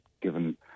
given